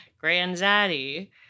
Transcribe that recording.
Granddaddy